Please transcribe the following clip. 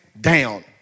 down